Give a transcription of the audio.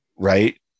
Right